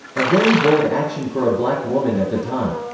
a very bold action for a black woman at the time.